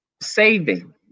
saving